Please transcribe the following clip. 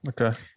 Okay